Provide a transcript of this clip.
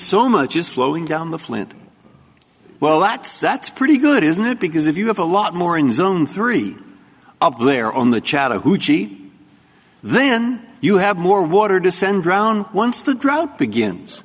so much is flowing down the flint well that's that's pretty good isn't it because if you have a lot more in zone three of their on the chattahoochee then you have more water to send around once the drought begins